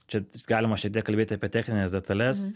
čia galima šiek tiek kalbėti apie technines detales